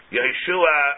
Yeshua